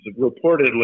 Reportedly